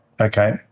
okay